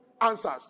answers